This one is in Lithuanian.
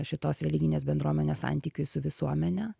šitos religinės bendruomenės santykiui su visuomene